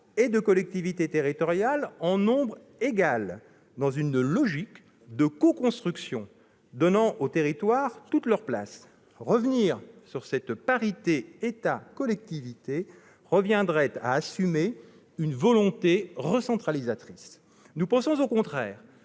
et des collectivités territoriales en nombre égal, dans une logique de coconstruction donnant aux territoires toute leur place. Revenir sur cette parité entre l'État et les collectivités reviendrait à assumer une volonté recentralisatrice. Nous pensons au contraire